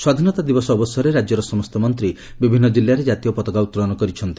ସ୍ୱାଧୀନତା ଦିବସ ଅବସରରେ ରାଜ୍ୟର ସମସ୍ତ ମନ୍ତ୍ରୀ ବିଭିନ୍ନ କିଲ୍ଲାରେ ଜାତୀୟ ପତାକା ଉତ୍ତୋଳନ କରିଛନ୍ତି